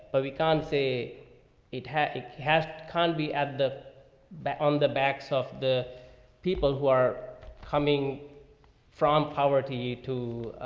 but we can't say it has, it has, can be at the back on the backs of the people who are coming from poverty to,